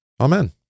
Amen